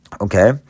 Okay